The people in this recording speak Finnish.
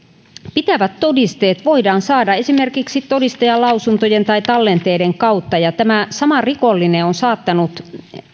pitävät todisteet voidaan saada esimerkiksi todistajanlausuntojen tai tallenteiden kautta ja tämä sama rikollinen on saattanut